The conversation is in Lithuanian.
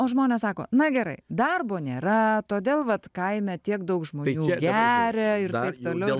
o žmonės sako na gerai darbo nėra todėl vat kaime tiek daug žmonių geria ir taip toliau